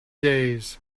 days